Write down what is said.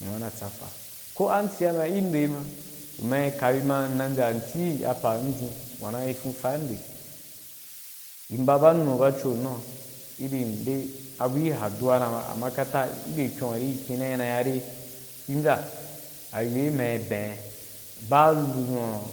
Nwu’a na tsafa, ko an ciya ma gi ndon ma, mma yikaya ma mbya ina ù pan dzun wa na yi fonfa ndoi mbabaunu bacho nau, irin de abui hadu’a ra ba amma kata gi bye kyun a ri i kyen na, na ya dei, ibya ayo’i ma yi bai, ba iri buzun